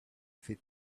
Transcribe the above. fit